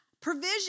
Provision